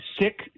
sick